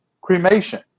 cremation